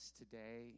today